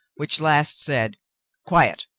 which last said quiet.